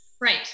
right